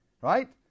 right